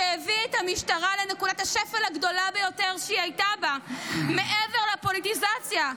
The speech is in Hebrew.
שהביא את המשטרה לנקודת השפל הגדולה ביותר שהייתה בה מעבר לפוליטיזציה,